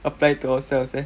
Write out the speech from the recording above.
apply to ourselves eh